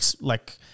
like-